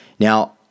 Now